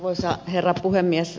arvoisa herra puhemies